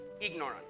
ignorant